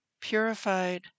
purified